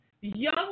Young